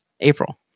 April